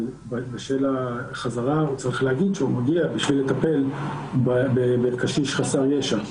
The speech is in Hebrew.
אבל בשל החזרה הוא צריך להגיד שהוא מגיע לטפל בקשיש חסר ישע.